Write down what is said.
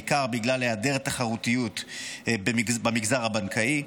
בעיקר בגלל היעדר תחרותיות במגזר הבנקאי.